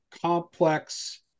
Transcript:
complex